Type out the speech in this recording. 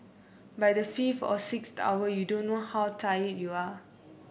by the fifth or sixth hour you don't know how tired you are